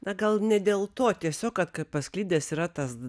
na gal ne dėl to tiesiog kad ka pasklidęs yra tas